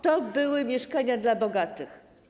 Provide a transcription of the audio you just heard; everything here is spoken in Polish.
To były mieszkania dla bogatych.